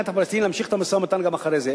את הפלסטינים להמשיך את המשא-ומתן גם אחרי זה.